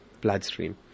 bloodstream